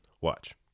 Watch